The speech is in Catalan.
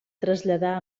traslladar